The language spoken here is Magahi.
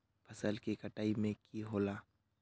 फसल के कटाई में की होला?